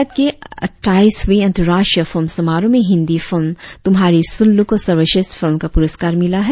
भारत के अठ्ठाइसवे अंतराष्ट्रीय फिल्म समारोह में हिन्दी फिल्म तुम्हारी सुल्लू को सर्वश्रेष्ठ फिल्म का पुरस्कार मिला है